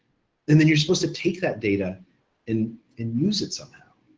and then you're supposed to take that data and and use it somehow,